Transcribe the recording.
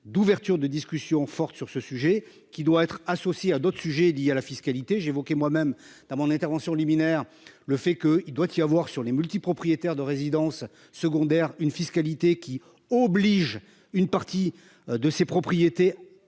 d'ouverture de discussions forte sur ce sujet qui doit être associée à d'autres sujets liés à la fiscalité j'ai évoquais moi même dans mon intervention liminaire, le fait que il doit y avoir sur les multi-propriétaires de résidences secondaires, une fiscalité qui oblige une partie de ses propriétés